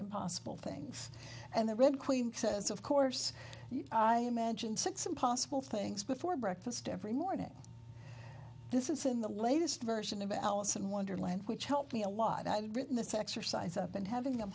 impossible things and the red queen says of course i imagine six impossible things before breakfast every morning this is in the latest version of alice in wonderland which helped me a lot i've written this exercise up and having